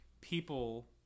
people